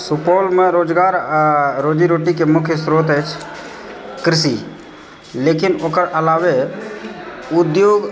सुपौलमे रोजगार आ रोजी रोटीके मुख्य स्रोत अछि कृषि लेकिन ओकर अलावे उद्योग